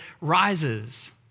rises